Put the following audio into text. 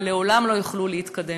ולעולם לא יוכלו להתקדם.